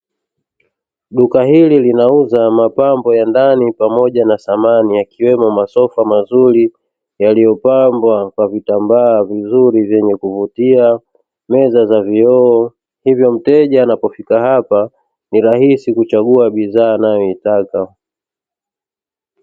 Duka hili linauza mapambo ya ndani pamoja na samani yakiwemo masofa mazuri yaliyopambwa kwa vitambaa vizuri vyenye kuvutia meza za vioo, hivyo mteja anapofika hapa ni rahisi kuchagua bidhaa anayoitaka.